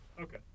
Okay